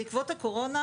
בעקבות הקורונה